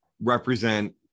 represent